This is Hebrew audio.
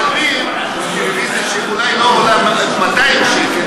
משלמים על טלוויזיה שאולי עולה 200 שקל